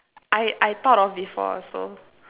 I I thought of before also